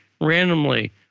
randomly